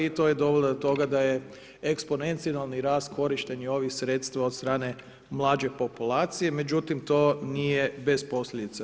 I to je dovelo do toga da je eksponencijalni rast korištenja ovih sredstava od strane mlađe populacije, međutim to nije bez posljedica.